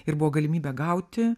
ir buvo galimybė gauti